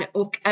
och